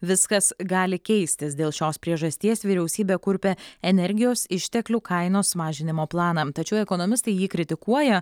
viskas gali keistis dėl šios priežasties vyriausybė kurpia energijos išteklių kainos mažinimo planą tačiau ekonomistai jį kritikuoja